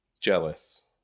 jealous